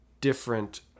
different